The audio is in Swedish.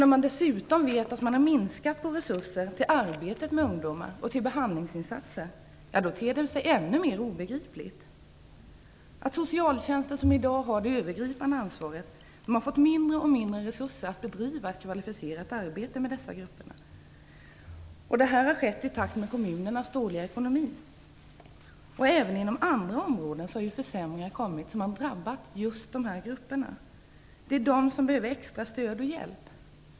När man dessutom vet att resurserna till arbetet med ungdomar och behandlingsinsatserna minskats ter det sig ännu mer obegripligt. Socialtjänsten, som i dag har det övergripande ansvaret, har fått allt mindre resurser att bedriva ett kvalificerat arbete med dessa grupper. Det här har skett i takt med att kommunerna fått dålig ekonomi. Även inom andra områden har försämringarna kommit att drabba just de grupper som behöver extra stöd och hjälp.